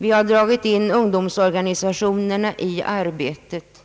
Vi har dragit in ungdomsorganisationerna i arbetet,